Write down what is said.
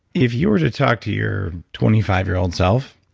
if you were to talk to your twenty five year old self,